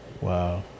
Wow